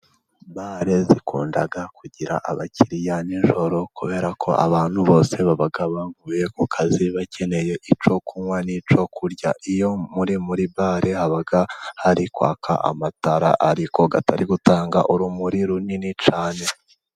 Bare zikunda kugira abakiriya ni ijoro, kubera ko abantu bose baba bavuye ku kazi, bakeneye icyo kunywa n'icyo kurya, iyo muri muri bare haba hari kwaka amatara, ariko atari gutanga urumuri runini cyane.